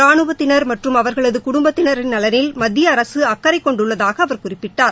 ரானுவத்தினர் மற்றும் அவர்களது குடும்பத்தினரின் நலனில் மத்திய அரசு அக்கறை கொண்டுள்ளதாக அவர் குறிப்பிட்டார்